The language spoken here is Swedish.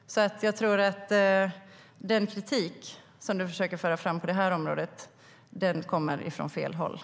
Jag tror att den kritik Oscar Sjöstedt försöker föra fram på det här området kommer från fel håll.